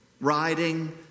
Riding